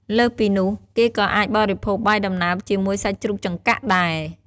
លើសពីនោះ គេក៏អាចបរិភោគបាយដំណើបជាមួយសាច់ជ្រូកចង្កាក់ដែរ។